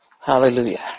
Hallelujah